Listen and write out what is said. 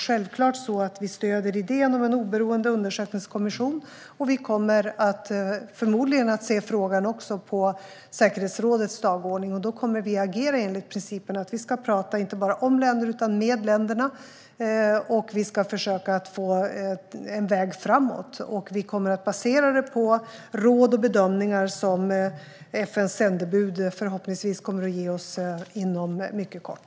Självklart stöder vi idén om en oberoende undersökningskommission, och vi kommer förmodligen att se frågan på säkerhetsrådets dagordning. Då kommer vi att agera enligt principen att vi ska tala inte bara om länder utan med länder, och vi ska försöka få en väg framåt. Vi kommer att basera det på råd och bedömningar som FN:s sändebud förhoppningsvis kommer att ge oss inom kort.